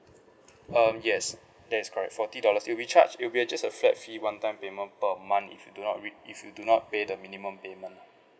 um yes that is correct forty dollars it will be charged it will be just a flat fee one time payment per month if you do not if you do not pay the minimum payment lah